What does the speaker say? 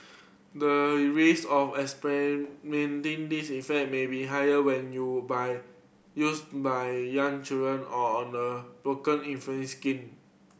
the risk of experiencing these effect may be higher when you by used by young children or on The Broken inflamed skin